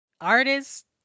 Artist